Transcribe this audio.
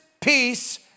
peace